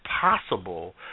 possible